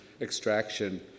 extraction